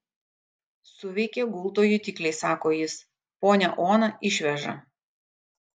suveikė gulto jutikliai sako jis ponią oną išveža